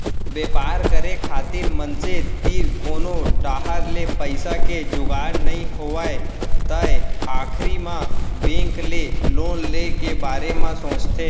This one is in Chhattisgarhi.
बेपार करे खातिर मनसे तीर कोनो डाहर ले पइसा के जुगाड़ नइ होय तै आखिर मे बेंक ले लोन ले के बारे म सोचथें